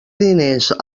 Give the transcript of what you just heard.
diners